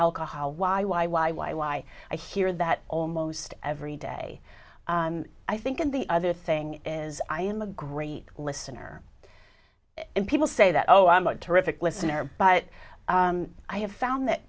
alcohol why why why why why i hear that almost every day i think and the other thing is i am a great listener and people say that oh i'm not terrific listener but i have found that